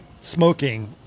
smoking